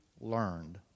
learned